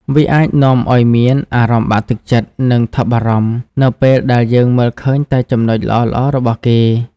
វាអាចនាំឲ្យមានអារម្មណ៍បាក់ទឹកចិត្ត និងថប់បារម្ភ នៅពេលដែលយើងមើលឃើញតែចំណុចល្អៗរបស់គេ ។